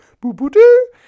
boo-boo-doo